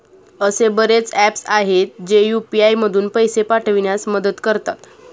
असे बरेच ऍप्स आहेत, जे यू.पी.आय मधून पैसे पाठविण्यास मदत करतात